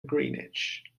greenwich